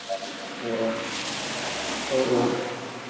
अ औ औ